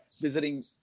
visiting